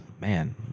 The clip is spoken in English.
man